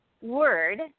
word